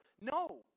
No